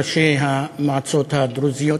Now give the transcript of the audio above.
ראשי המועצות הדרוזיות,